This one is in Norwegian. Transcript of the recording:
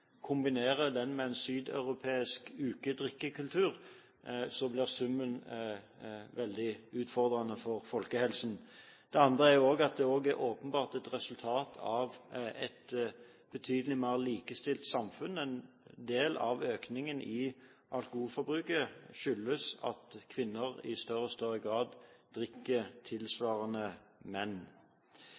den med en sydeuropeisk ukedrikkekultur, blir summen veldig utfordrende for folkehelsen. Det andre er at det også åpenbart er et resultat av et betydelig mer likestilt samfunn – en del av økningen i alkoholforbruket skyldes at kvinner i større og større grad drikker tilsvarende som menn.